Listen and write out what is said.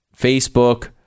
facebook